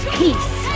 peace